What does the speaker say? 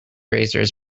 razors